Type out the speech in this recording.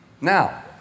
now